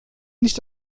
nicht